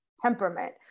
temperament